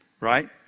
right